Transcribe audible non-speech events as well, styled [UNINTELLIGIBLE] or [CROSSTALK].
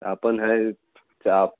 आपण आहेच [UNINTELLIGIBLE]